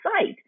site